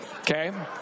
Okay